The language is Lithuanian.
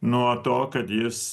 nuo to kad jis